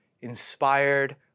inspired